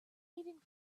leaving